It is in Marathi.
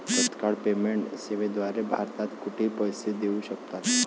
तत्काळ पेमेंट सेवेद्वारे भारतात कुठेही पैसे देऊ शकतात